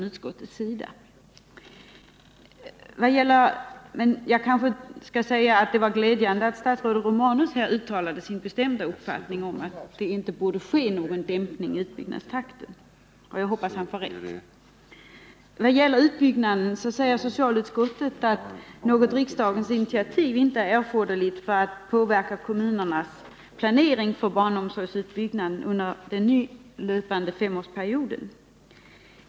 Det var dock glädjande att statsrådet Romanus här uttalade sin bestämda uppfattning att det inte bör ske någon dämpning av utbyggnadstakten, och jag hoppas att han får rätt. Utskottet säger att något riksdagens initiativ inte är erforderligt för att påverka kommunernas planering för barnomsorgsutbyggnaden under den nu löpande femårsperioden.